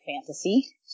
fantasy